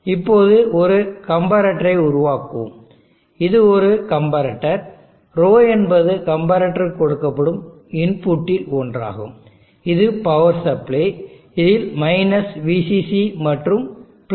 இப்போது ஒரு கம்பேரெட்டரை உருவாக்குவோம் இது ஒரு கம்பரட்டர்ρ என்பது கம்பேரெட்டருக்கு கொடுக்கப்படும் இன்புட்டில் ஒன்றாகும் இது பவர் சப்ளை இதில் VCC மற்றும் VCC